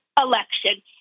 election